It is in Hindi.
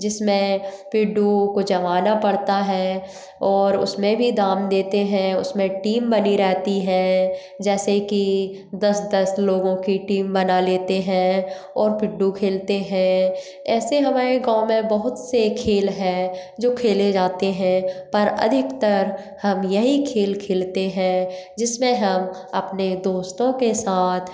जिसमें पिड्डुओं को जमाना पड़ता है और उसमें भी दाम देते हैं उसमें टीम बनी रहती है जैसे कि दस दस लोगों की टीम बना लेते हैं और पिड्डु खेलते हैं ऐसे हमारे गाँव में बहुत से खेल हैं जो खेले जाते हैं पर अधिकतर हम यही खेल खेलते हैं जिसमें हम अपने दोस्तों के साथ